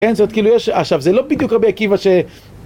כן זאת כאילו יש עכשיו זה לא בדיוק רבי עקיבא ש...